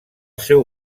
seu